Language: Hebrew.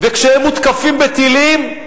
וכשהם מותקפים בטילים,